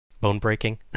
bone-breaking